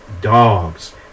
dogs